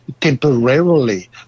temporarily